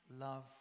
love